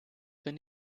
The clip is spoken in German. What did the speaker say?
bin